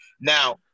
Now